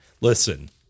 listen